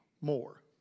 more